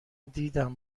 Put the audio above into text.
دیدم